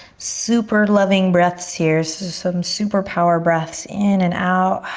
super loving breaths here, some super power breaths in and out.